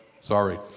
sorry